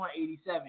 187